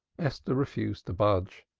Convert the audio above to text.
esther refused to budge.